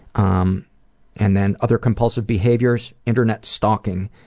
um and then, other compulsive behaviors? internet stalking.